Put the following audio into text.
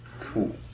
Cool